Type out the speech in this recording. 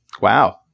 Wow